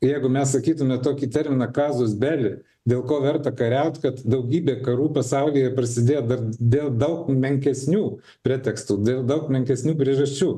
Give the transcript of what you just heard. jeigu mes sakytume tokį terminą kazus beli dėl ko verta kariaut kad daugybė karų pasaulyje prasidėjo dar dėl daug menkesnių pretekstų dėl daug menkesnių priežasčių